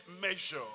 measure